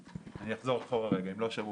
אני אחזור אחורה רגע אם לא שמעו.